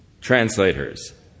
translators